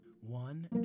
One